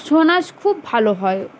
ছৌ নাচ খুব ভালো হয়